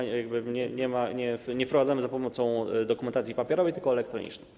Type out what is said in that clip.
Nie wprowadzamy za pomocą dokumentacji papierowej, tylko elektronicznej.